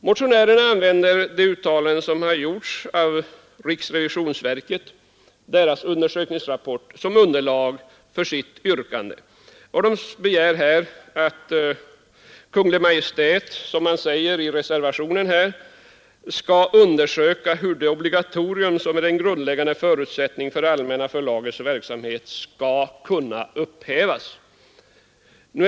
Motionärerna använder riksrevisionsverkets undersökningsrapport som underlag för sitt yrkande och begär att Kungl. Maj:t, som det sägs i reservationen, ”skall undersöka hur det obligatorium som är en grundläggande förutsättning för Allmänna förlagets verksamhet skall kunna upphävas”.